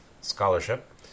scholarship